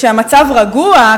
כשהמצב רגוע,